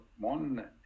one